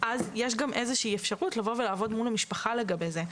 אז יש גם איזו שהיא אפשרות לבוא ולעבוד מול המשפחה לגבי זה.